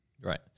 right